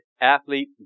athlete